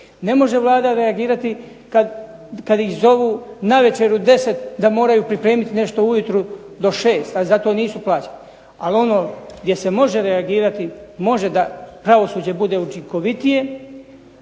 Ne može Vlada reagirati kada iz zovu navečer u 10 da moraj nešto pripremiti nešto ujutro u 6, a zato nisu plaćeni. Ali ono gdje se može reagirati može da pravosuđe bude učinkovitije,